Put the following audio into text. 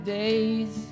days